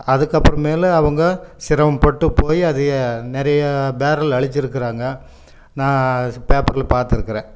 அதுக்கப்புறமேலு அவங்க சிரமப்பட்டு போய் அதை நிறைய பேரல் அழிச்சுருக்கிறாங்க நான் பேப்பரில் பாத்திருக்கிறேன்